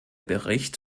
bericht